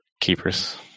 keepers